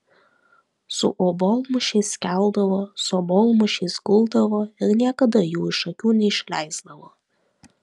su obuolmušiais keldavo su obuolmušiais guldavo ir niekada jų iš akių neišleisdavo